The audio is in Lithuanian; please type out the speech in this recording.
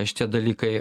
šitie dalykai